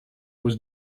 was